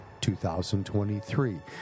2023